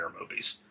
movies